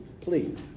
please